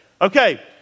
Okay